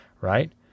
right